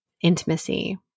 intimacy